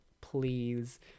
please